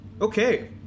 Okay